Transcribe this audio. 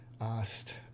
asked